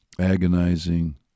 agonizing